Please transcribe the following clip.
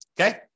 Okay